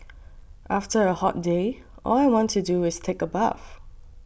after a hot day all I want to do is take a bath